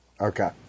Okay